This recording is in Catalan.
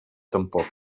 tampoc